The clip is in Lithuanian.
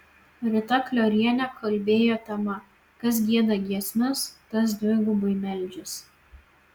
rita kliorienė kalbėjo tema kas gieda giesmes tas dvigubai meldžiasi